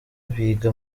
biga